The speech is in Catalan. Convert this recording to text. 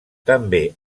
també